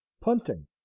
punting